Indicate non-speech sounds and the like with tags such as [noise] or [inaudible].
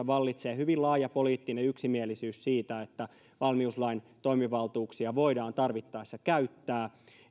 [unintelligible] vallitsee hyvin laaja poliittinen yksimielisyys siitä että valmiuslain toimivaltuuksia voidaan tarvittaessa käyttää